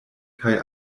kaj